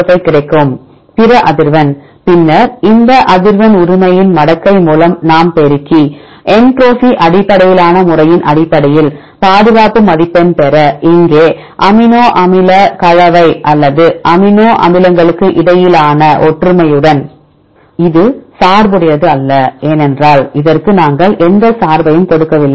05 கிடைக்கும் பிற அதிர்வெண் பின்னர் இந்த அதிர்வெண் உரிமையின் மடக்கை மூலம் நாம் பெருக்கி என்ட்ரோபி அடிப்படையிலான முறையின் அடிப்படையில் பாதுகாப்பு மதிப்பெண் பெற இங்கே அமினோ அமில கலவை அல்லது அமினோ அமிலங்களுக்கிடையிலான ஒற்றுமையுடன் இது சார்புடையது அல்ல ஏனென்றால் இதற்கு நாங்கள் எந்த சார்பையும் கொடுக்கவில்லை